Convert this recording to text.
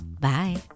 Bye